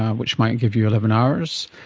um which might give you eleven hours,